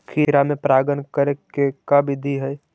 खिरा मे परागण करे के का बिधि है?